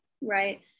Right